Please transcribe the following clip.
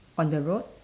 on the road